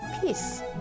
peace